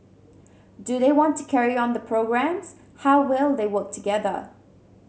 do they want to carry on the programmes how well will they work together